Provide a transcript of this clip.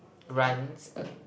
runs a